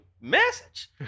message